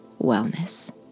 wellness